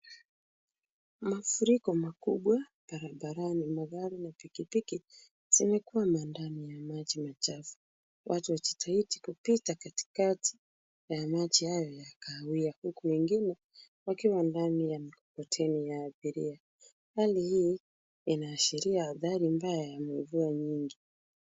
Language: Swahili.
Mafuriko makubwa barabarani. Magari na pikipiki zimekwama ndani ya maji machafu. Watu wajitahidi kupita katikati ya maji hayo ya kahawia huku wengine wakiwa ndani ya mkokoteni ya abiria. Hali hii inaashiria athari mbaya ya mvua nyingi.